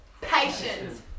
patience